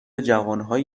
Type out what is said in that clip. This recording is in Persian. جوانهایی